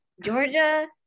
Georgia